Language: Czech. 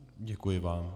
Děkuji vám.